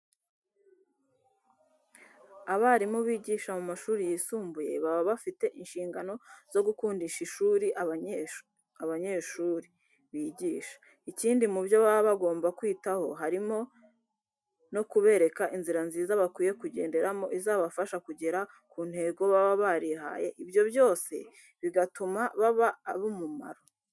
Abarimu bigisha mu mashuri yisumbuye, baba bafite inshingano zo gukundisha ishuri abanyeshuri bigisha. Ikindi, mu byo baba bagomba kwitaho harimo no kubereka inzira nziza bakwiye kugenderamo izabafasha kugera ku ntego baba barihaye, ibyo byose bigatuma baba ab'umumaro.